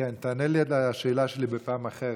תענה לי על השאלה שלי בפעם אחרת.